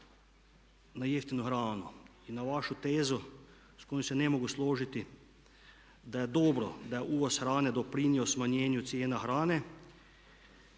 na jeftinu hranu i na vašu tezu sa kojom se ne mogu složiti da je dobro da je uvoz hrane doprinio smanjenju cijena hrane